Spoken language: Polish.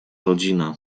rodzina